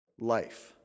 life